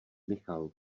michal